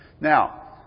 Now